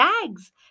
tags